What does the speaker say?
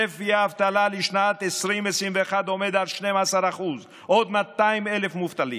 צפי האבטלה לשנת 2021-2020 עומד על 12% עוד 200,000 מובטלים.